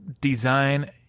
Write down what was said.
design